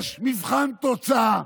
יש מבחן תוצאה,